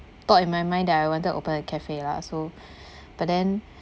thought in my mind that I wanted open a cafe lah so but then